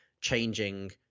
changing